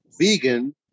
vegan